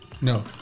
No